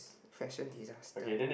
fashion disaster